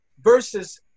versus